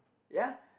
ya